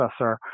processor